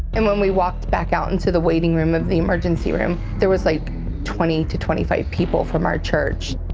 and when we walked back out into the waiting room of the emergency room, there was like twenty to twenty five people from our church.